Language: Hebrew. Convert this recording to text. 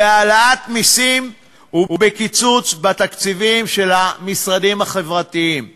בהעלאת מסים ובקיצוץ בתקציבים של המשרדים החברתיים חינוך,